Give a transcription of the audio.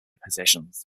positions